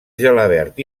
gelabert